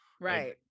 right